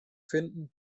finden